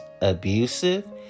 abusive